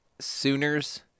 Sooners